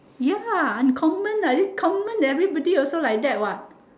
ya uncommon common everybody also like that what